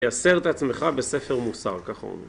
תייסר את עצמך בספר מוסר, ככה אומרים.